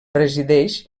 resideix